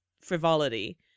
frivolity